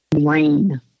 Rain